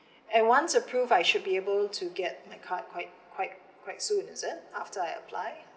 and once approved I should be able to get my card quite quite quite soon is it after I apply